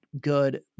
good